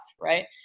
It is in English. right